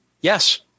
Yes